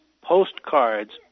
postcards